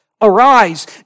arise